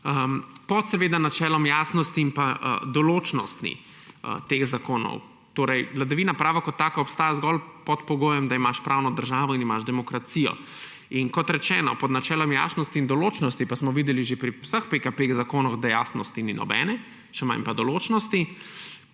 seveda pod načelom jasnosti in določnosti teh zakonov. Vladavina prava kot taka obstaja torej zgolj pod pogojem, da imaš pravno državo in imaš demokracijo. Kot rečeno, pod načelom jasnosti in določnosti – pa smo videli že pri vseh zakonih PKP, da jasnosti ni nobene, še manj pa določnosti